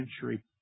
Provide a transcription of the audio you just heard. century